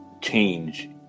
change